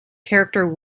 character